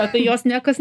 apie jos niekas